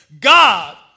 God